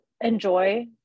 enjoy